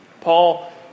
Paul